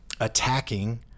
attacking